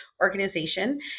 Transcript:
organization